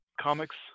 comics